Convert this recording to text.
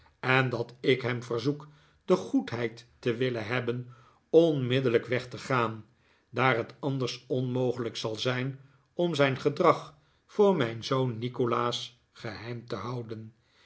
en dat ik hem verzoek de goedheid te willen hebben onmiddellijk weg te gaan daar het anders onmogelijk zal zijn om zijn gedrag voor mijn zoon nikolaas geheim te houden